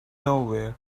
nowhere